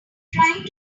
trying